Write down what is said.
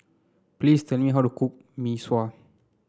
please tell me how to cook Mee Sua